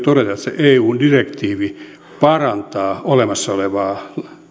todeta että se eun direktiivi parantaa meidän olemassa olevaa